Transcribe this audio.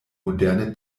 moderne